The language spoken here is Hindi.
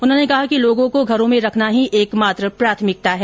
उन्होंने कहा कि लोगों को घरों में रखना ही हमारी एकमात्र प्राथमिकता है